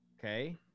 Okay